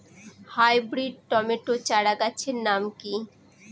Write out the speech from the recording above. Hybrid tomato চারাগাছের নাম কি?